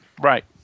Right